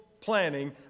planning